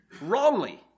wrongly